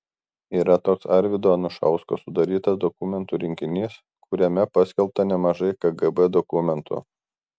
yra toks arvydo anušausko sudarytas dokumentų rinkinys kuriame paskelbta nemažai kgb dokumentų